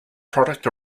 product